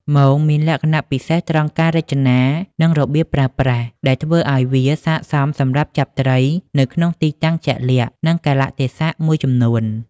មងមានលក្ខណៈពិសេសត្រង់ការរចនានិងរបៀបប្រើប្រាស់ ដែលធ្វើឱ្យវាស័ក្តិសមសម្រាប់ចាប់ត្រីនៅក្នុងទីតាំងជាក់លាក់និងកាលៈទេសៈមួយចំនួន។